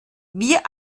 wir